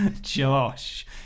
Josh